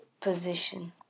position